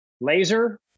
laser